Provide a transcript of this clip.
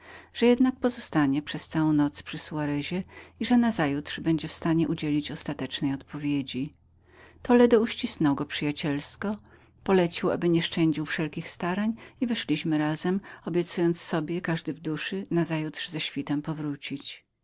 że jednak pozostanie przez całą noc przy soarezie i że nazajutrz będzie w stanie udzielenia ostatecznej odpowiedzi toledo uścisnął go przyjacielsko polecił aby nie szczędził wszelkich starań i wyszliśmy razem obiecując sobie każdy w duszy nazajutrz ze świtem powrócić